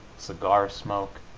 cigar smoke,